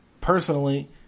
personally